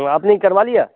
तो आप ने करवा लिया